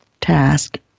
task